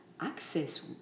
access